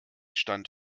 stand